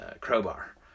Crowbar